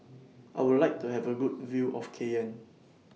I Would like to Have A Good View of Cayenne